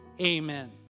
Amen